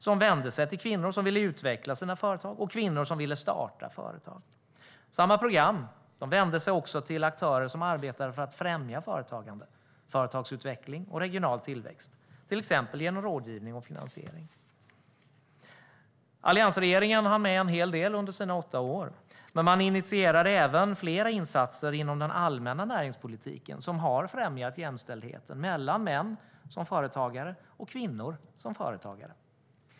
De vände sig till kvinnor som ville utveckla sina företag och kvinnor som ville starta företag. Samma program vände sig också till aktörer som arbetar med att främja företagande, företagsutveckling och regional tillväxt, till exempel genom rådgivning och finansiering. Alliansregeringen hann med en hel del under sina åtta år. Man initierade även flera insatser inom den allmänna näringspolitiken som har främjat jämställdheten mellan män som företagare och kvinnor som företagare.